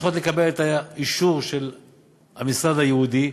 שצריכות לקבל את האישור של המשרד הייעודי,